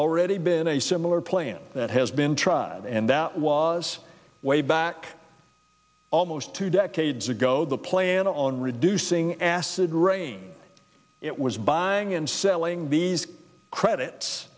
already been a similar plan that has been tried and that was way back almost two decades ago the plan on reducing acid rain it was buying and selling these credits